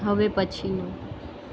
હવે પછીનું